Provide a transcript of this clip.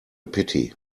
pity